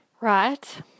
right